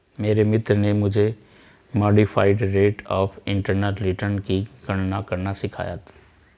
मेरे मित्र ने मुझे modified rate of internal return की गणना करना सिखाया